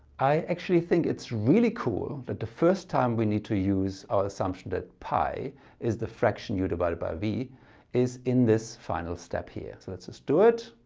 i actually think it's really cool that the first time we need to use our assumption that pi is the fraction u divided by v is in this final step here. so let's do it.